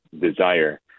desire